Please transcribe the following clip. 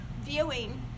viewing